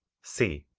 c.